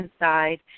inside